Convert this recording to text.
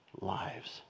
lives